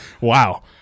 Wow